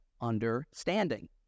understanding